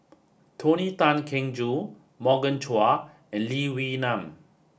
Tony Tan Keng Joo Morgan Chua and Lee Wee Nam